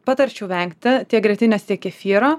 patarčiau vengti tiek grietinės kefyro